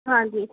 ਹਾਂਜੀ